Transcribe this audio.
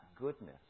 goodness